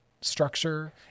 structure